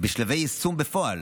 בשלבי יישום בפועל.